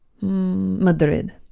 Madrid